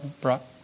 brought